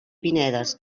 pinedes